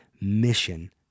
mission